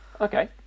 Okay